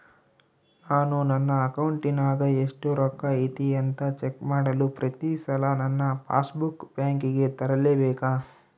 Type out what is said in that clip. ನಾನು ನನ್ನ ಅಕೌಂಟಿನಾಗ ಎಷ್ಟು ರೊಕ್ಕ ಐತಿ ಅಂತಾ ಚೆಕ್ ಮಾಡಲು ಪ್ರತಿ ಸಲ ನನ್ನ ಪಾಸ್ ಬುಕ್ ಬ್ಯಾಂಕಿಗೆ ತರಲೆಬೇಕಾ?